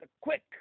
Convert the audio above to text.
Quick